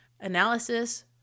analysis